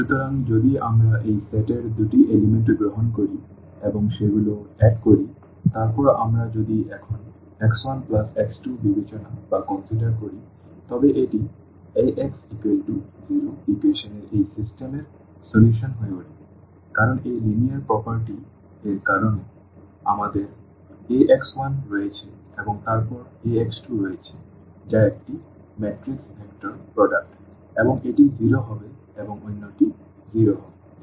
সুতরাং যদি আমরা এই সেট এর দুটি উপাদান গ্রহণ করি এবং সেগুলো যোগ করি তারপর আমরা যদি এখন x1x2 বিবেচনা করি তবে এটি Ax0ইকুয়েশন এর এই সিস্টেমের সমাধান হয়ে উঠবে কারণ এই লিনিয়ার বৈশিষ্ট্য এর কারণে এখানে আমাদের Ax1 রয়েছে এবং তারপর Ax2 রয়েছে যা একটি ম্যাট্রিক্স ভেক্টর পণ্য এবং এটি 0 হবে এবং অন্যটি 0 হবে